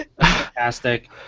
fantastic